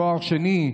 תואר שני,